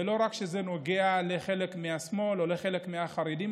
ולא רק כשזה נוגע לחלק מהשמאל או לחלק מהחרדים,